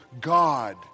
God